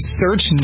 search